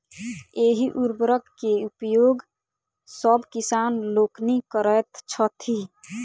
एहि उर्वरक के उपयोग सभ किसान लोकनि करैत छथि